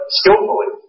skillfully